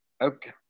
Okay